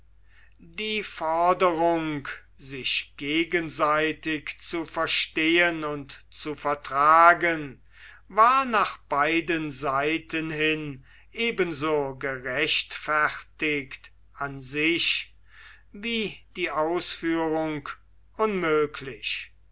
die forderung sich gegenseitig zu verstehen und zu vertragen war nach beiden seiten hin ebenso gerechtfertigt an sich wie die ausführung unmöglich